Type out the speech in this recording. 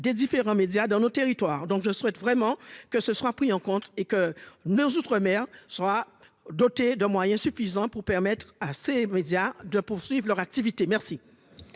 des différents médias dans nos territoires, donc je souhaite vraiment que ce sera pris en compte et que nos outre-mer sera doté de moyens suffisants pour permettre à ces médias de poursuivent leur activité merci.